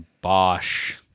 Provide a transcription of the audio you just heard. Bosch